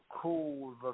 cool